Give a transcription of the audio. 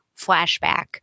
flashback